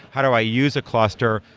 how do i use a cluster?